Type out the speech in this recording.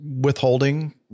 withholding